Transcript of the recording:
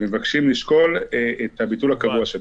אנחנו מבקשים לשקול את הביטול הקבוע שלהן.